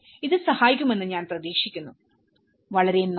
ഇത് സഹായിക്കുമെന്ന് ഞാൻ പ്രതീക്ഷിക്കുന്നു വളരെ നന്ദി